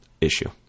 issue